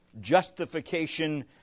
justification